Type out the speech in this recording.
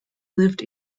lived